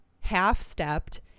half-stepped